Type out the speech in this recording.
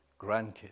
Grandkids